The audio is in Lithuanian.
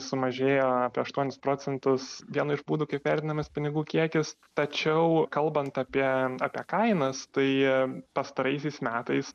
sumažėjo apie aštuonis procentus vienu iš būdų kaip vertinamas pinigų kiekis tačiau kalbant apie apie kainas pastaraisiais metais